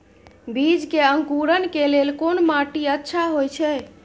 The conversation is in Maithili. बीज के अंकुरण के लेल कोन माटी अच्छा होय छै?